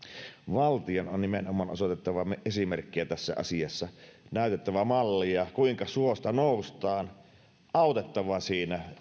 valtion on nimenomaan osoitettava esimerkkiä tässä asiassa näytettävä mallia kuinka suosta noustaan autettava siinä